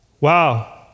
Wow